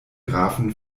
grafen